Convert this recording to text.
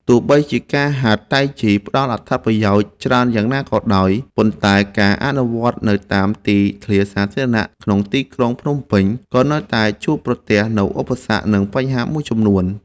ទោះបីជាការហាត់តៃជីផ្ដល់អត្ថប្រយោជន៍ច្រើនយ៉ាងណាក៏ដោយ ប៉ុន្តែការអនុវត្តនៅតាមទីធ្លាសាធារណៈក្នុងទីក្រុងភ្នំពេញ ក៏នៅតែជួបប្រទះនូវឧបសគ្គ និងបញ្ហាមួយចំនួន។